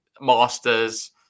Masters